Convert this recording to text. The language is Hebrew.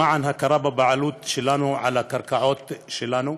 למען הכרה בבעלות שלנו על הקרקעות שלנו,